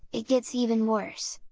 it gets even worse!